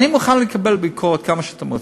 אני מוכן לקבל ביקורת כמה שאתם רוצים,